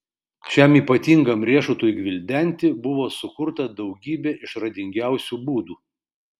šiam ypatingam riešutui gvildenti buvo sukurta daugybė išradingiausių būdų